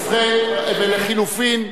ולחלופין,